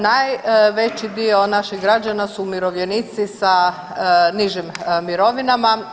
Najveći dio naših građana su umirovljenici sa nižim mirovinama.